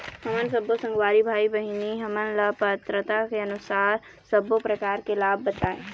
हमन सब्बो संगवारी भाई बहिनी हमन ला पात्रता के अनुसार सब्बो प्रकार के लाभ बताए?